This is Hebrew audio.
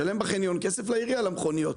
בחניון אתה משלם לעירייה כסף על המכוניות.